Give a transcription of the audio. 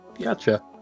Gotcha